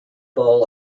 bowl